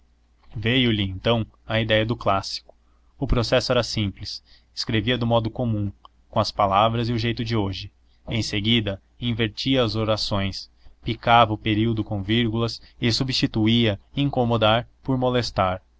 literatecos veio-lhe então a idéia do clássico o processo era simples escrevia do modo comum com as palavras e o jeito de hoje em seguida invertia as orações picava o período com vírgulas e substituía incomodar por molestar